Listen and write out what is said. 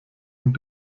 und